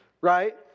right